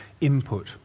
input